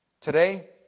Today